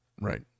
right